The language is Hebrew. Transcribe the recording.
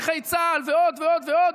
נכי צה"ל ועוד ועוד ועוד,